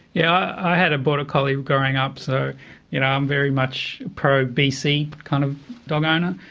yeah i had a border collie growing up, so you know i'm very much pro-bc kind of dog owner,